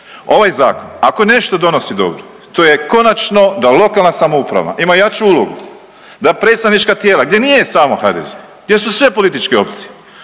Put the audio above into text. Ovaj zakon ako nešto donosi dobro to je konačno da lokalna samouprava ima jaču ulogu, da predstavnička tijela gdje nije samo HDZ, gdje su sve političke opcije